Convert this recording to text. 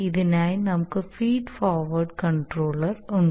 ഇതിനായി നമുക്ക് feed forward control ഉണ്ട്